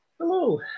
Hello